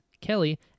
Kelly